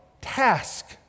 task